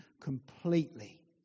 completely